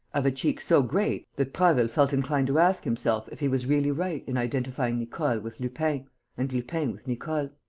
of a cheek so great that prasville felt inclined to ask himself if he was really right in identifying nicole with lupin and lupin with nicole.